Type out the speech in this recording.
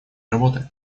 работы